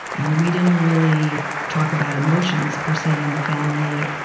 and we didn't really talk about emotions per se in the family,